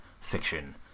fiction